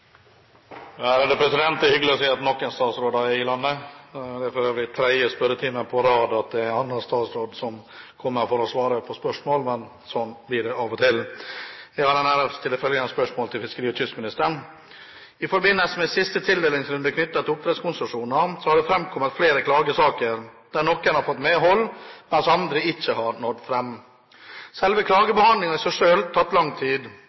Det er hyggelig å se at det er noen statsråder i landet. Det er for øvrig den tredje spørretimen på rad at det er en annen statsråd som kommer for å svare på spørsmål, men slik blir det av og til. Jeg har den ære å stille følgende spørsmål til fiskeri- og kystministeren: «I forbindelse med siste tildelingsrunde knyttet til oppdrettskonsesjoner har det fremkommet flere klagesaker der noen har fått medhold, mens noen ikke har nådd fram. Selve klagebehandlingen har i seg selv tatt lang tid.